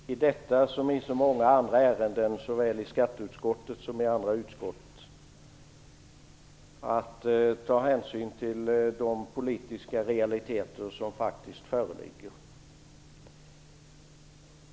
Herr talman! Vi har i detta som i så många andra ärenden såväl i skatteutskottet som i andra utskott att ta hänsyn till de politiska realiteter som faktiskt föreligger.